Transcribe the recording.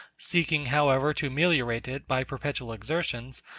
seeking, however, to ameliorate it by perpetual exertions,